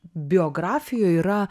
biografijoj yra